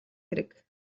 хэрэг